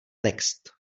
text